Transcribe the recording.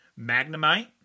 Magnemite